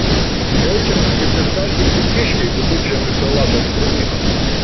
jaučiamės kaip išgąsdinti kiškiai viduržiemį belapiuos krūmynuos